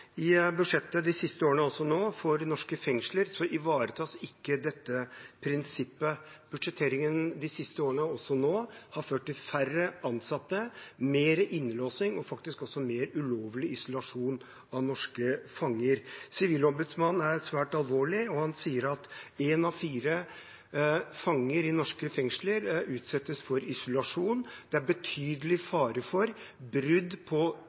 I budsjettet for norske fengsler de siste årene – og også nå – ivaretas ikke dette prinsippet. Budsjetteringen de siste årene – og også nå – har ført til færre ansatte, mer innlåsing og faktisk også mer ulovlig isolasjon av norske fanger. Sivilombudsmannen ser svært alvorlig på dette og sier at én av fire fanger i norske fengsler utsettes for isolasjon, og at det er betydelig fare for brudd på